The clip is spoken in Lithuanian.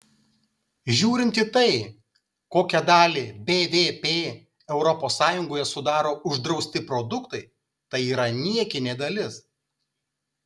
žiūrint į tai kokią dalį bvp europos sąjungoje sudaro uždrausti produktai tai yra niekinė dalis